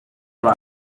right